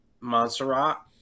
Montserrat